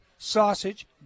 Sausage